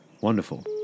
Wonderful